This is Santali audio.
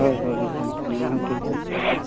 ᱦᱳᱭ ᱦᱳᱭ ᱚᱱᱟ ᱦᱚᱸ ᱴᱷᱤᱠ ᱜᱮᱭᱟ